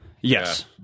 Yes